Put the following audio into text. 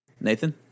Nathan